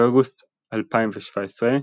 באוגוסט 2017,